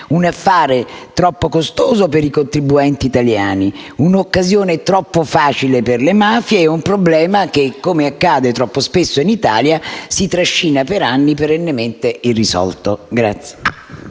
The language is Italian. un affare troppo costoso per i contribuenti italiani, un'occasione troppo facile per le mafie ed un problema che, come troppo spesso accade in Italia, si trascina per anni perennemente irrisolto.